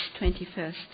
21st